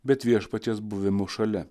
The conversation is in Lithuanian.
bet viešpaties buvimu šalia